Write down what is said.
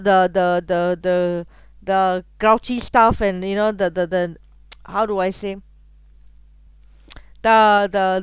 the the the the the grouchy stuff and you know the the how do I say the the